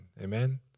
Amen